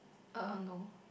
uh no